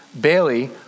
Bailey